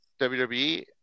WWE